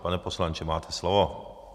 Pane poslanče, máte slovo.